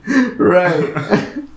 Right